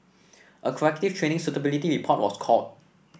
a corrective training suitability report was called